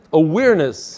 awareness